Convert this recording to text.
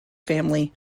family